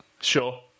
Sure